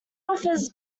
offers